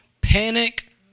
panic